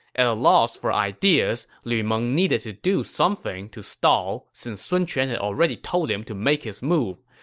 at a loss for ideas, lu meng needed to do something to stall, since sun quan had already told him to make his move.